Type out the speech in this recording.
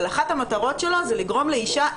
אבל אחת המטרות שלו היא לגרום לאישה,